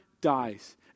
dies